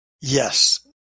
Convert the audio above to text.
Yes